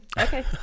Okay